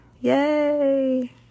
Yay